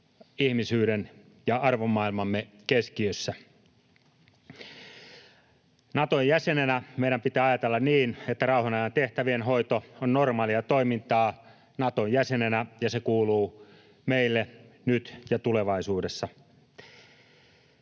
ihmisyyden ja arvomaailmamme keskiössä. Naton jäsenenä meidän pitää ajatella niin, että rauhanajan tehtävien hoito on normaalia toimintaa Naton jäsenenä ja se kuuluu meille nyt ja tulevaisuudessa.